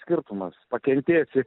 skirtumas pakentėsi